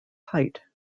height